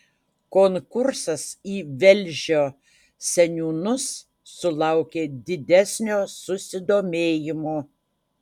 konkursas į velžio seniūnus sulaukė didesnio susidomėjimo